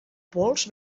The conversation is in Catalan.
pols